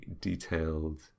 detailed